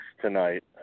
tonight